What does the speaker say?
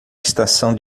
estação